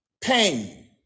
Pain